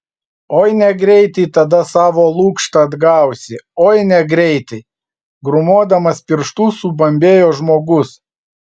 oi negreitai tada savo lukštą atgausi oi negreitai grūmodamas pirštu subambėjo žmogus